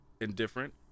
indifferent